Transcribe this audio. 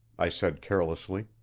i said carelessly,